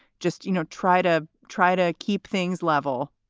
just, you know, try to try to keep things level